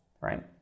right